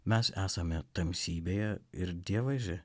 mes esame tamsybėje ir dievaži